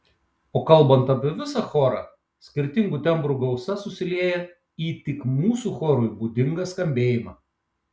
o kalbant apie visą chorą skirtingų tembrų gausa susilieja į tik mūsų chorui būdingą skambėjimą